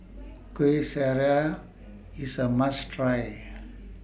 Kueh Syara IS A must Try